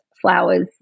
flowers